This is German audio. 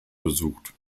besucht